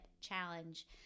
challenge